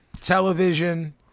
television